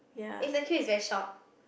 if the queue is very short